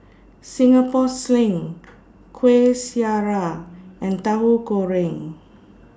Singapore Sling Kueh Syara and Tahu Goreng